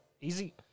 easy